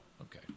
okay